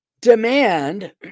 demand